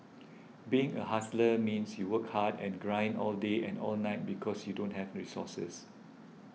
being a hustler means you work hard and grind all day and all night because you don't have resources